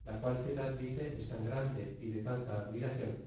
la qual ciudad dice es tan grande y de tanta ad miracion